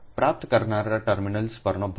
પ્રાપ્ત કરનારા ટર્મિનલ્સ પરનો ભાર છે